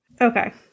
Okay